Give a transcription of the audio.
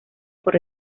por